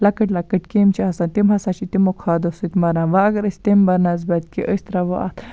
لۄکٕٹۍ لۄکٕٹۍ کٮ۪مۍ چھِ آسان تِم ہَسا چھِ تِمو کھادو سۭتۍ مَران وۄنۍ اَگر أسۍ تٔمۍ بَنَسبَت کہِ أسۍ تراوو اَتھ